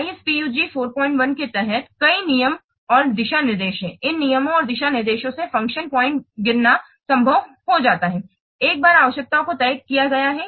IFPUG 41 के तहत कई नियम और दिशानिर्देश हैं इन नियमों और दिशानिर्देशों से फ़ंक्शन पॉइंट गिनना संभव हो जाता है एक बार आवश्यकताओं को तय किया गया है